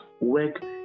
Work